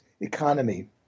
economy